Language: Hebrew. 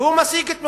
והוא משיג את מבוקשו,